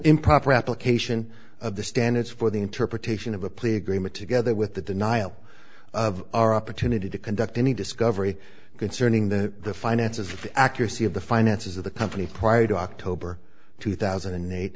improper application of the standards for the interpretation of a plea agreement together with the denial of our opportunity to conduct any discovery concerning the finances of accuracy of the finances of the company prior to october two thousand and eight